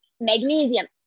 magnesium